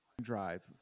drive